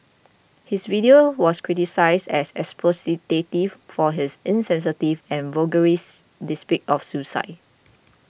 his video was criticised as exploitative for his insensitive and voyeuristic depiction of suicide